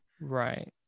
Right